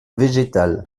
végétales